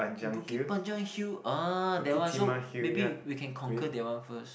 the Bukit-Panjang hill ah that one so maybe we can conquer that one first